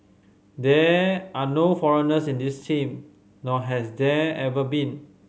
there are no foreigners in this team nor has there ever been